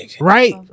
Right